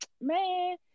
man